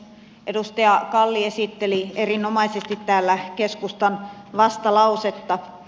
edustaja kalli esitteli erinomaisesti täällä keskustan vastalausetta